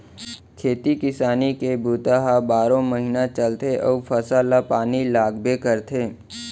खेती किसानी के बूता ह बारो महिना चलथे अउ फसल ल पानी लागबे करथे